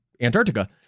Antarctica